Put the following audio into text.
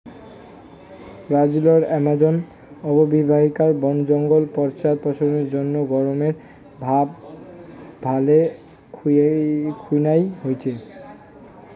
ব্রাজিলর আমাজন অববাহিকাত বন জঙ্গলের পশ্চাদপসরণ জইন্যে গরমের ভাব ভালে খুনায় হইচে